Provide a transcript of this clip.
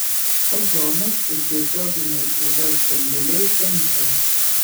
ozonas ir tiesioginiai uv spinduliai kenkia